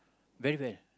very very